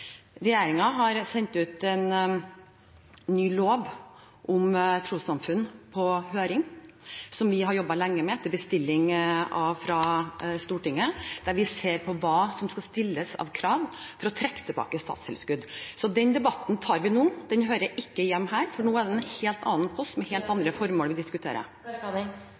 har sendt ut en ny lov om trossamfunn på høring, som vi har jobbet lenge med, etter bestilling fra Stortinget, der vi ser på hva som skal stilles av krav for å trekke tilbake statstilskudd. Den debatten tar vi ikke nå, den hører ikke hjemme her, for nå er det en helt annen post, med helt andre formål, vi diskuterer.